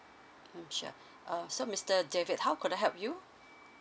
um sure uh so mister david how could I help you